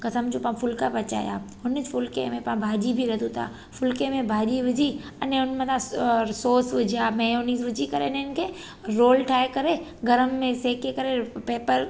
की समुझ पाणि फुलका पचाया हुन फुलके में पाणि भाॼी बि विझू था फुलके में भाॼी विझी अने हुन मथां स सॉस विझी मेयोनिज़ विझी करे ने इन्हनि खे रोल ठाहे करे गरम में सेके करे पेपर